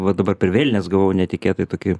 va dabar per vėlines gavau netikėtai tokį